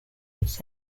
its